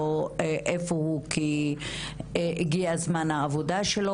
הבן שלי גידל סוסים, והיה כל הזמן מתעסק עם סוסים.